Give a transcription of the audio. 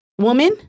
woman